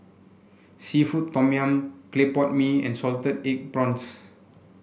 seafood Tom Yum Clay Pot Mee and Salted Egg Prawns